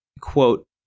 quote